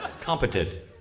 competent